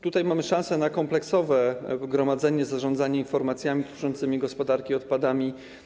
Tutaj mamy szansę na kompleksowe gromadzenie, zarządzanie informacjami dotyczącymi gospodarki odpadami.